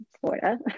Florida